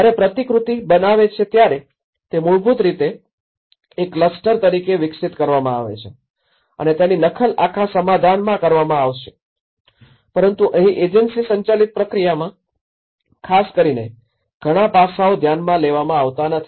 જ્યારે પ્રતિકૃતિ બનાવે છે ત્યારે તે મૂળભૂત રીતે એક ક્લસ્ટર તરીકે વિકસિત કરવામાં આવે છે અને તેની નકલ આખા સમાધાનમાં કરવામાં આવશે પરંતુ અહીં એજન્સી સંચાલિત પ્રક્રિયામાં ખાસ કરીને ઘણાં પાસાંઓ ધ્યાનમાં લેવામાં આવતા નથી